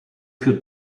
für